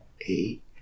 Eight